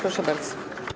Proszę bardzo.